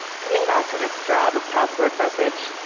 coming back to this drab password message,